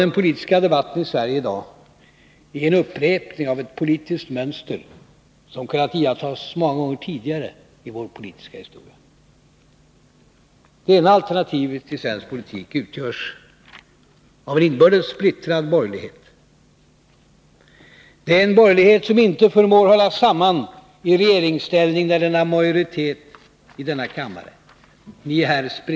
Den politiska debatten i Sverige i dag är en upprepning av ett politiskt mönster som kunnat iakktagas många gånger tidigare i vår moderna historia. Det ena alternativet i svensk politik utgörs av en inbördes splittrad borgerlighet. Det är en borgerlighet som inte förmår hålla samman i regeringsställning när den har majoritet i denna kammare.